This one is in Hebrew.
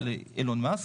של אילון מאסק.